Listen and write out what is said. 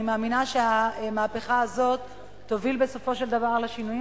אני מאמינה שהמהפכה הזאת תוביל בסופו של דבר לשינויים